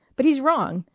but he's wrong.